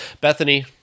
Bethany